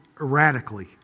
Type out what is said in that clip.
erratically